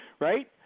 right